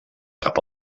cap